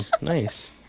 Nice